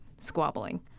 squabbling